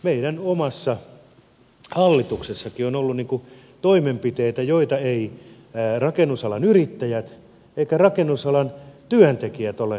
meidän omassa hallituksessakin on ollut toimenpiteitä joita eivät rakennusalan yrittäjät eivätkä rakennusalan työntekijät ole toivoneet